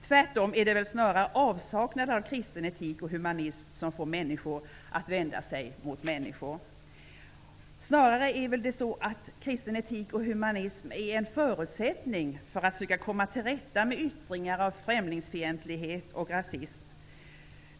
Tvärtom är det snarare avsaknaden av kristen etik och humanism som får människor att vända sig mot människor. Snarare är det väl så att kristen etik och humanism är en förutsättning för att vi skall komma till rätta med yttringar av främlingsfientlighet och rasism.